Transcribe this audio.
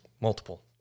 Multiple